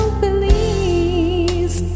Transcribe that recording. please